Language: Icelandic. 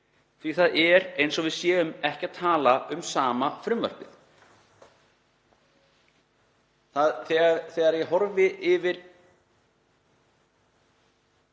því það er eins og við séum ekki að tala um sama frumvarpið. Þegar ég horfi yfir